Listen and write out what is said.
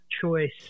choice